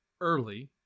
early